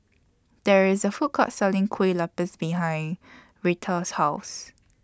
There IS A Food Court Selling Kueh Lapis behind Retha's House